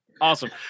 awesome